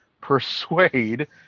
Persuade